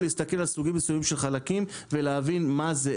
להסתכל על סוגים מסוימים של חלקים ולהבין מה זה,